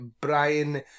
Brian